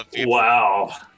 Wow